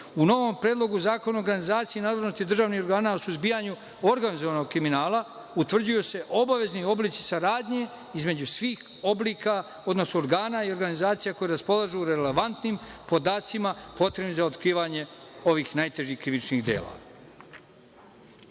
U novom Predlogu zakona o organizaciji i nadležnosti državnih organa o suzbijanju organizovanog kriminala utvrđuju se obavezni oblici saradnje između svih oblika, odnosno organa i organizacija koje raspolažu relevantnim podacima potrebnim za otkrivanje ovih najtežih krivičnih dela. Rekao